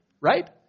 right